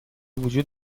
وجود